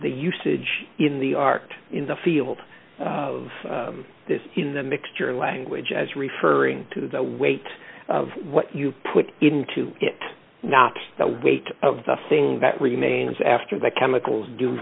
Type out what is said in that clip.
the usage in the art in the field of the mixture language as referring to the weight of what you put into it not the weight of the thing that remains after the chemicals do